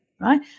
right